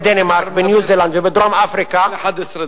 בדנמרק, בניו-זילנד ובדרום-אפריקה, 11 דקות.